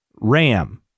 Ram